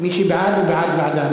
מי שבעד, הוא בעד ועדה.